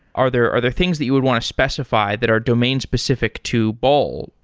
are there are there things that you would want to specify that are domain-specific to bol,